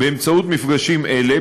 באמצעות מפגשים אלה,